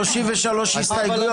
יוכל להציג,